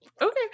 okay